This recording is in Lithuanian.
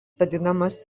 vadinamas